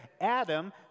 Adam